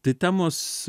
tai temos